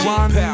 one